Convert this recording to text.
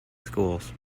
schools